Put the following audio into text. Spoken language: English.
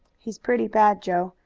he's pretty bad, joe.